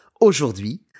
Aujourd'hui